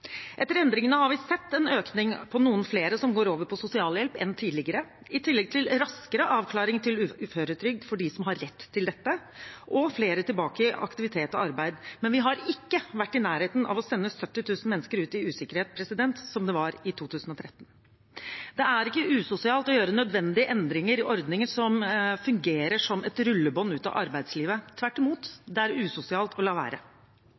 Etter endringene har vi sett en økning på noen flere som går over på sosialhjelp enn tidligere, i tillegg til raskere avklaring til uføretrygd for dem som har rett til dette, og flere tilbake i aktivitet og arbeid, men vi har ikke vært i nærheten av å sende 70 000 mennesker ut i usikkerhet, som det var i 2013. Det er ikke usosialt å gjøre nødvendige endringer i ordninger som fungerer som et rullebånd ut av arbeidslivet. Tvert imot, det er usosialt å la være.